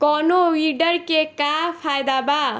कौनो वीडर के का फायदा बा?